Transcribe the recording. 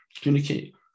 communicate